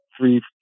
Three